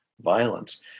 violence